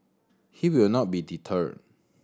he will not be deterred